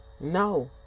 No